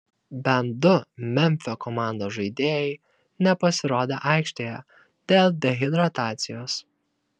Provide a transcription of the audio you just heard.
bent du memfio komandos žaidėjai nepasirodė aikštėje dėl dehidratacijos